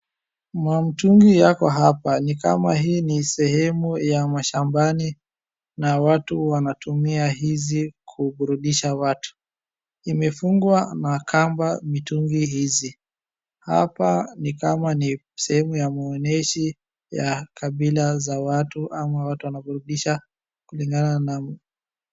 Mamitungi yako hapa ni kama hii ni sehemu ya mashabani na watu wanatumia hizi kuburudisha watu imefungwa na kamba mitungi hizi. Hapa ni kama ni sehemu ya maonyesho ya kabila za watu ama watu wanaburudisha kulingana nao.